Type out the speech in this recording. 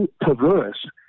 perverse